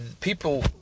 people